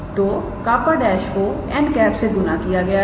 तो 𝜅 ′ को 𝑛̂ से गुना किया गया है